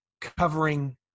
covering